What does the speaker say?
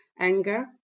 anger